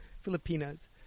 Filipinas